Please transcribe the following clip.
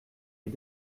est